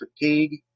fatigue